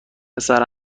پسر